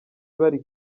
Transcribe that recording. bari